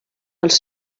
els